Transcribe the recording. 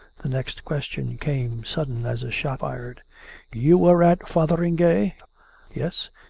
the next question came sudden as a shot fired you were at fotheringay? yes.